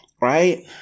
right